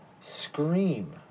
Scream